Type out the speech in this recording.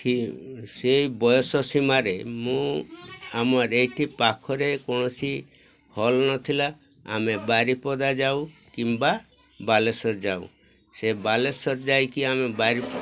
ସେଇ ବୟସ ସୀମାରେ ମୁଁ ଆମର ଏଇଠି ପାଖରେ କୌଣସି ହଲ୍ ନଥିଲା ଆମେ ବାରିପଦା ଯାଉ କିମ୍ବା ବାଲେଶ୍ୱର ଯାଉ ସେ ବାଲେଶ୍ୱର ଯାଇକି ଆମେ ବାରି